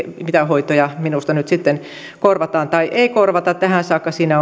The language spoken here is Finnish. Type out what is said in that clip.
mitä hoitoja minusta nyt sitten korvataan tai ei korvata tähän saakka siinä